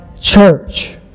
church